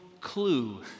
clue